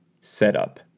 Setup